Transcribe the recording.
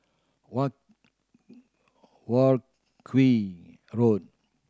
War War Road